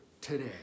today